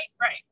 Right